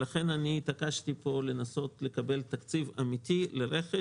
לכן התעקשתי פה לנסות לקבל תקציב אמיתי לרכש